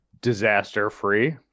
disaster-free